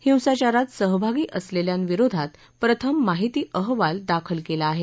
हिंसाचारात सहभागी असलेल्यांविरोधात प्रथम माहिती अहवाल दाखल केला आहे